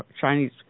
Chinese